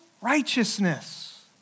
righteousness